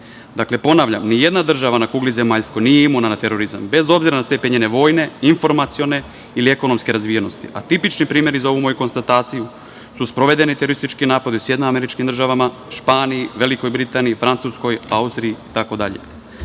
Dakle, ponavljam, ni jedna država na kugli zemaljskoj nije imuna na terorizam, bez obzira na stepen njene vojne, informacione ili ekonomske razvijenosti, a tipični primeri za ovu moju konstataciju su sprovedeni teroristički napadi u SAD, Španiji, Velikoj Britaniji, Francuskoj, Austriji